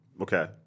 Okay